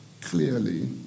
clearly